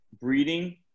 breeding